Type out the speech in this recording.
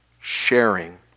sharing